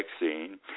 vaccine